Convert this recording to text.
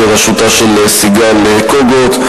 בראשותה של סיגל קוגוט,